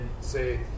say